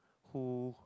who